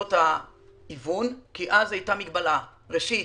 שנות ההיוון כי אז הייתה מגבלה: ראשית